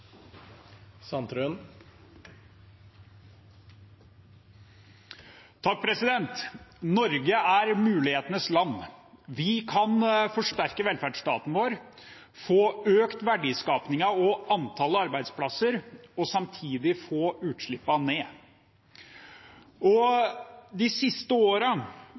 mulighetenes land. Vi kan forsterke velferdsstaten vår, få økt verdiskapingen og antallet arbeidsplasser og samtidig få utslippene ned. De siste